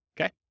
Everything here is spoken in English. Okay